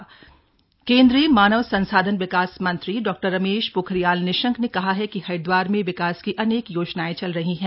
निशंक बैठक केंद्रीय मानव संसाधन विकास मंत्री डॉ रमेश पोखरियाल निशंक ने कहा है कि हरिद्वार में विकास की अनेक योजनाएं चल रही है